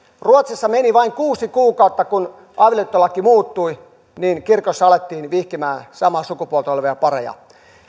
ruotsissa meni vain kuusi kuukautta kun avioliittolaki muuttui niin kirkossa alettiin vihkimään samaa sukupuolta olevia pareja